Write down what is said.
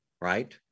right